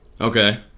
Okay